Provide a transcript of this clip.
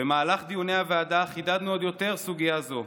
במהלך דיוני הוועדה חידדנו עוד יותר סוגיה זו,